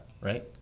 right